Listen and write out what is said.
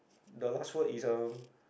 the last word is uh